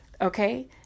Okay